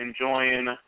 enjoying